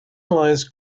lies